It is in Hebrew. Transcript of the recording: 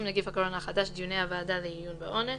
(נגיף הקורונה החדש) (דיוני הוועדה לעיון בעונש),